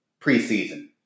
preseason